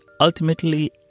ultimately